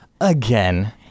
again